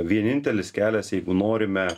vienintelis kelias jeigu norime